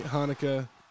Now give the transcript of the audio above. Hanukkah